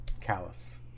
Callous